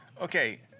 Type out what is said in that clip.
Okay